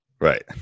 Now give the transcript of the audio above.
Right